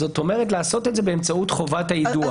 זאת אומרת, לעשות את זה באמצעות חובת היידוע.